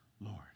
Lord